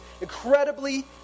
incredibly